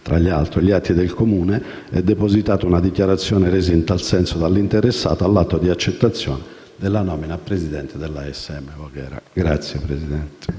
Tra l'altro, agli atti del Comune è depositata una dichiarazione resa in tal senso dall'interessata all'atto di accettazione della nomina a Presidente della ASM Voghera.